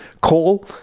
call